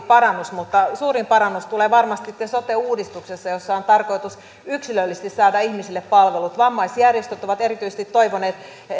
parannus mutta suurin parannus tulee varmasti sitten sote uudistuksessa jossa on tarkoitus yksilöllisesti saada ihmisille palvelut vammaisjärjestöt ovat erityisesti toivoneet